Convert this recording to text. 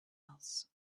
else